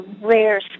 rare